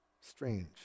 strange